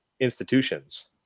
institutions